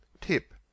Tip